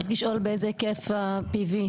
רציתי לשאול, באיזה היקף ה-PV?